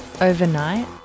Overnight